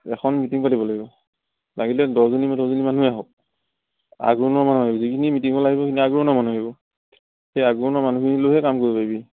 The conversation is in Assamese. এখন মিটিং পাতিব লাগিব লাগিলে দহজনী জনী মানুহে হওক আগৰণুৱা মানুহ লাগিব যিখিনি মিটিং লৈ আহিব সেইখিনি আগৰণুৱা মানুহ আহিব সেই আগৰণুৱা মানুহখিনিকলৈহে কাম কৰিব পাৰিবি